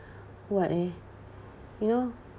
what eh you know